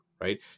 Right